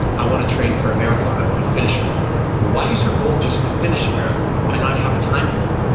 i want to train for a marathon. i want to finish one. well why is your goal just to finish a marathon? why not have a time goal?